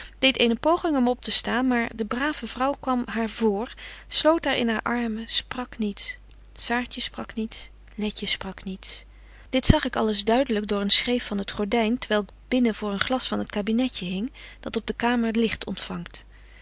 deedt eene poging om op te staan maar de brave vrouw kwam haar vr sloot haar in hare armen sprak niets saartje sprak niets letje sprak niets dit zag ik alles duibetje wolff en aagje deken historie van mejuffrouw sara burgerhart delyk door een schreef van t gordyn t welk binnen voor een glas van het kabinetje hing dat op de kamer licht ontfangt